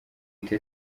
uti